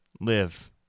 live